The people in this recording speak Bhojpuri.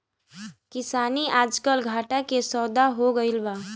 किसानी आजकल घाटा के सौदा हो गइल बा